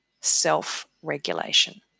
self-regulation